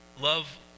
love